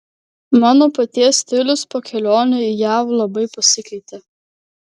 mano paties stilius po kelionių į jav labai pasikeitė